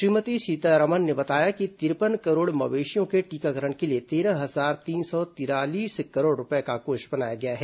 श्रीमती सीतारमण ने बताया कि तिरपन करोड़ मवेशियों के टीकाकरण के लिए तेरह हजार तीन सौ तिरालीस करोड़ रूपये का कोष बनाया गया है